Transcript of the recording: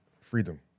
freedom